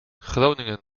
groningen